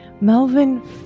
Melvin